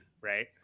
right